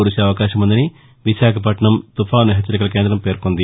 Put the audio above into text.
కురిసే అవకాశం ఉందని విశాఖపట్నం తుపాను హెచ్చరికల కేంద్రం పేర్కొంది